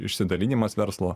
išsidalinimas verslo